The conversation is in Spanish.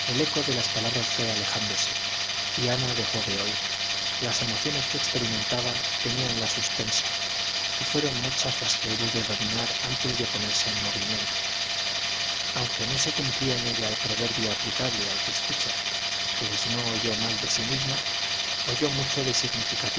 el eco de las palabras fué alejándose y ana dejó de oir las emociones que experimentaba teníanla suspensa y fueron muchas las que hubo de dominar antes de ponerse en movimiento aunque no se cumplía en ella el proverbio aplicable al que escucha pues no oyó mal de sí misma oyó mucho de